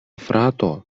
frato